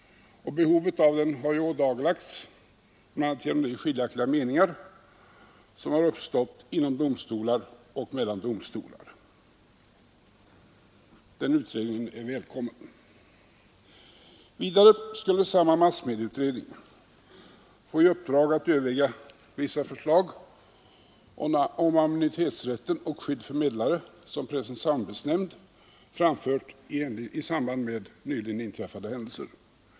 Behovet av den har ådagalagts bl.a. genom de skiljaktiga meningar som har uppstått inom domstolar och mellan domstolar. Den utredningen är välkommen. Vidare skulle samma massmedieutredning få i uppdrag att överväga vissa förslag om anonymitetsrätten och skydd för meddelare som Pressens samarbetsnämnd framfört i samband med nyligen inträffade händelser.